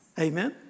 Amen